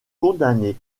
condamné